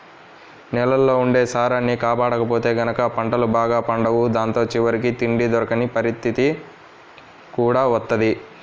నేలల్లో ఉండే సారాన్ని కాపాడకపోతే గనక పంటలు బాగా పండవు దాంతో చివరికి తిండి దొరకని పరిత్తితి కూడా వత్తది